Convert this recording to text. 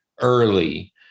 early